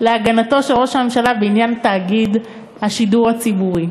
להגנתו של ראש הממשלה בעניין תאגיד השידור הציבורי.